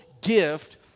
gift